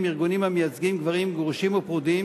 בהם ארגונים המייצגים גברים גרושים ופרודים,